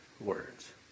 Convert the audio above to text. words